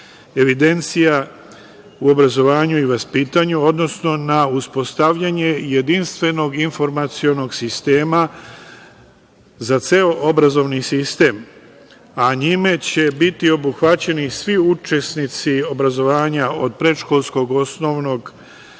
evidencija u obrazovanju i vaspitanju, odnosno na uspostavljanje jedinstvenog informacionog sistema za ceo obrazovni sistem, a njime će biti obuhvaćeni svi učesnici obrazovanja od predškolskog, osnovnog